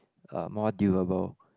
uh more durable